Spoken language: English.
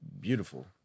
Beautiful